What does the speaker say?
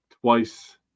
twice